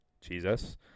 Jesus